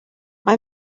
mae